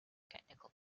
technical